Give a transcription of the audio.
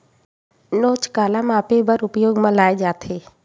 नोच काला मापे बर उपयोग म लाये जाथे?